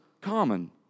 common